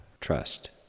Trust